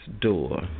door